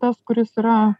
tas kuris yra